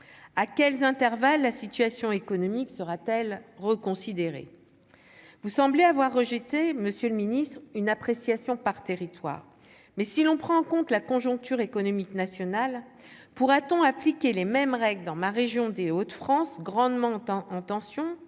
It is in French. ah quels intervalles, la situation économique sera-t-elle reconsidérer, vous semblez avoir rejeté Monsieur le Ministre, une appréciation par territoire, mais si l'on prend en compte la conjoncture économique nationale pourra-t-on appliquer les mêmes règles dans ma région, des Hauts-de-France grandement en intention